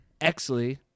Exley